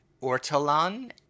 ortolan